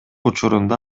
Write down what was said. учурунда